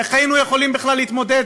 איך היינו יכולים בכלל להתמודד